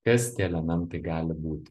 kas tie elementai gali būti